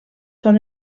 són